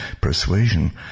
persuasion